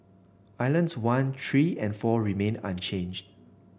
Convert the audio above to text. islands one three and four remained unchanged